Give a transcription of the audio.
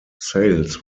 sales